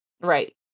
Right